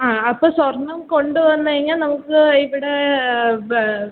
ആ അപ്പം സ്വർണ്ണം കൊണ്ടുവന്ന് കഴിഞ്ഞാൽ നമുക്ക് ഇവിടെ ബ